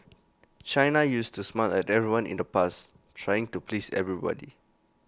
China used to smile at everyone in the past trying to please everybody